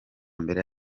mbere